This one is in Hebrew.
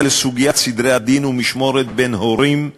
לסוגיית סדרי הדין והמשמורת בין הורים מתגרשים,